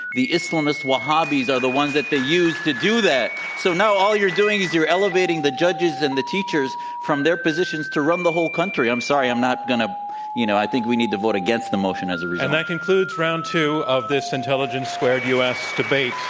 the islamist wahabis are the ones that they use to do that. so now all you're doing is you're elevating the judges and the teachers from their positions to run the whole country. i'm sorry i'm not going to you know, i think we need to vote against the motion, as a result. and that concludes round two of this intelligence squared u. s. debate,